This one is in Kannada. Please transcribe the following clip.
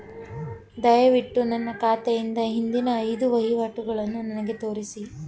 ದಯವಿಟ್ಟು ನನ್ನ ಖಾತೆಯಿಂದ ಹಿಂದಿನ ಐದು ವಹಿವಾಟುಗಳನ್ನು ನನಗೆ ತೋರಿಸಿ